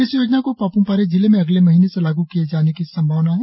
इस योजना को पापुमपारे जिले में अगले महीने से लागू किए जाने की संभावना है